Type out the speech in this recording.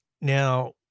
Now